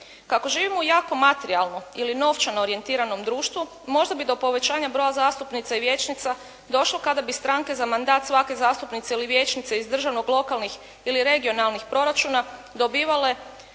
Kako živimo u jako materijalno ili novčano orijentiranom društvu možda bi do povećanja broja zastupnica i vijećnica došlo kada bi stranke za mandat svake zastupnice ili vijećnice iz državnog, lokalnih ili regionalnih proračuna dobivale